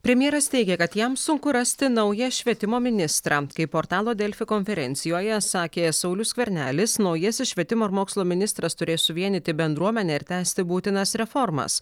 premjeras teigė kad jam sunku rasti naują švietimo ministrą kaip portalo delfi konferencijoje sakė saulius skvernelis naujasis švietimo ir mokslo ministras turės suvienyti bendruomenę ir tęsti būtinas reformas